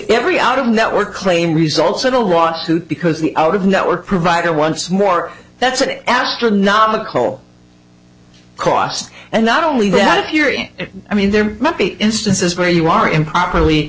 every out of network claim results in a lawsuit because the out of network provider once more that's an astronomical cost and not only that you're in it i mean there might be instances where you are improperly